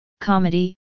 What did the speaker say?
comedy